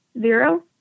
zero